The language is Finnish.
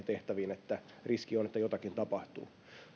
tehtäviin että riski on että jotakin tapahtuu